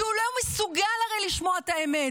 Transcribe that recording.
כי הרי הוא לא מסוגל לשמוע את האמת.